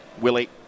Willie